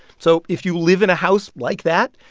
so if you live in a house like that,